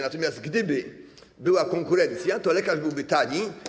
Natomiast gdyby była konkurencja, to lekarz byłby tani.